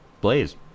Blaze